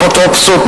אפוטרופסות,